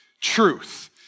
truth